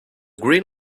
green